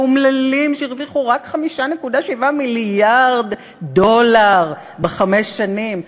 האומללים שהרוויחו רק 5.7 מיליארד דולר בחמש שנים.